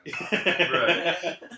Right